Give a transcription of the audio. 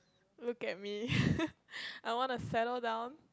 look at me I wanna settle down